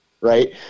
right